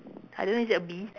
I don't know is that a bee